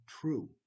true